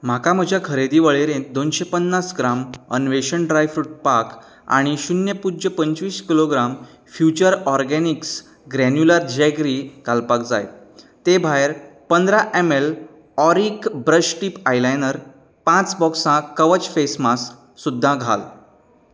म्हाका म्हज्या खरेदी वळेरेंत दोनशें पन्नास ग्राम अन्वेषण ड्राय फ्रूट पाक आनी शुन्य पुज्य पंचवीस kilogram future organics granular jaggery घालपाक जाय ते भायर पंदरा M L auric brush tip eyeliner पांच बॉक्सां कवच फेस मास्क सुद्दां घाल